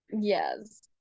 Yes